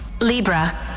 Libra